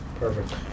Perfect